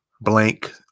blank